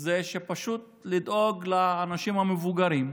זה פשוט לדאוג לאנשים המבוגרים,